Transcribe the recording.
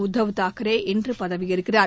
உத்தவ் தாக்கரே இன்று பதவியேற்கிறார்